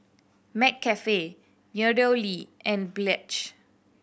McCafe MeadowLea and Pledge